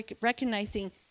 recognizing